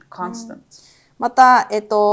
constant